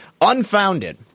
unfounded